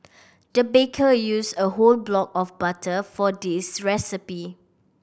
the baker used a whole block of butter for this recipe